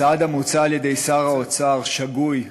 הצעד המוצע על-ידי שר האוצר שגוי,